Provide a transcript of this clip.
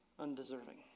Undeserving